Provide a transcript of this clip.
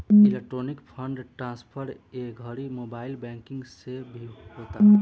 electronic fund transfer ए घड़ी mobile banking से भी होता